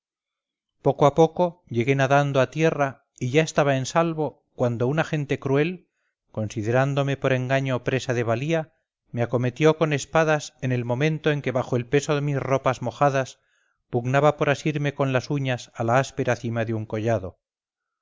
poco a poco llegué nadando a tierra y ya estaba en salvo cuando una gente cruel considerándome por engaño presa de valía me acometió con espadas en el momento en que bajo el peso de mis ropas mojadas pugnaba por asirme con las uñas a la áspera cima de un collado